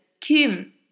kim